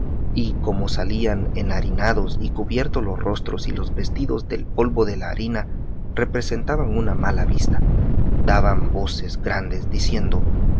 y como salían enharinados y cubiertos los rostros y los vestidos del polvo de la harina representaban una mala vista daban voces grandes diciendo